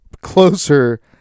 closer